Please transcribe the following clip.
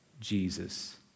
Jesus